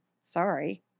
sorry